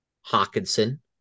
Hawkinson